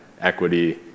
equity